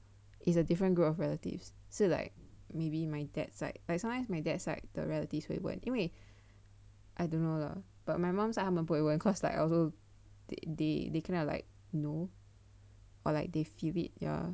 it's a different group of relatives say like maybe my dad side like like sometimes my dad side the relatives they would 因为 I don't know lah but my mom side 他们不会问 one cause like also they they they kind of like know or like they feel it ya